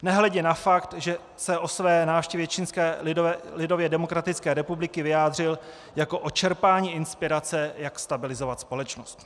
Nehledě na fakt, že se o své návštěvě Čínské lidově demokratické republiky vyjádřil jako o čerpání inspirace, jak stabilizovat společnost.